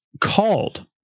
called